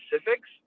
specifics